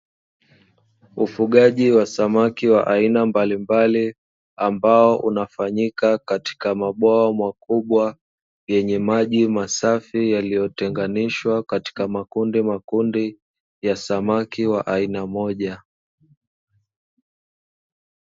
Ufugaji wa samaki wa aina mbalimbali ambao unafanyika katika mabwawa makubwa yenye maji masafi, yaliyotenganishwa katika makundi makundi ya samaki wa aina moja.